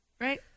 right